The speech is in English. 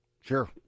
Sure